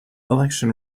election